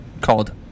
called